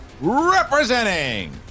Representing